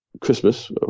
Christmas